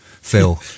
Phil